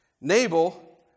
Nabal